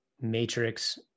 Matrix